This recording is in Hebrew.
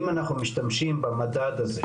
אם אנחנו משתמשים במדד הזה,